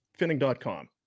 finning.com